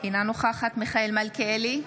אינה נוכחת מיכאל מלכיאלי,